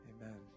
Amen